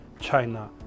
china